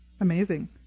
Amazing